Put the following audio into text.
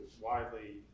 widely